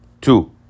Two